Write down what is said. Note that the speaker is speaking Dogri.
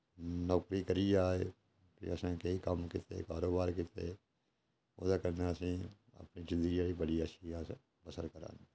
नौकरी करियै आए फ्ही असें केईं कम्म कीते कारोबार कीते उ'दे कन्नै असें ई अपनी जिंदगी जेह्ड़ी बड़ी अच्छी अस बसर करा ने